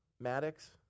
Maddox